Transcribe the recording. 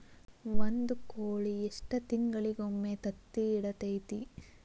ಒಂದ್ ಕೋಳಿ ಎಷ್ಟ ತಿಂಗಳಿಗೊಮ್ಮೆ ತತ್ತಿ ಇಡತೈತಿ?